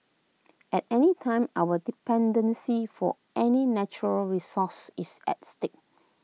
at any time our dependency for any natural resource is at stake